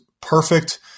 perfect